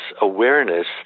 awareness